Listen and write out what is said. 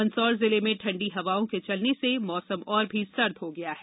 मंदसौर जिले में ठंडी हवाओं के चलने से मौसम और भी सर्द हो गया है